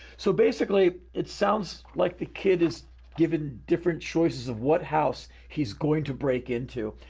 so basically it sounds like the kid is given different choices of what house he's going to break into.